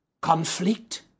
conflict